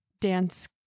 dance